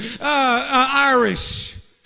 Irish